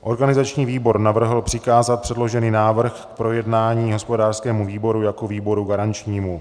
Organizační výbor navrhl přikázat předložený návrh k projednání hospodářskému výboru jako výboru garančnímu.